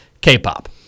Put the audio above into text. K-pop